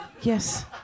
Yes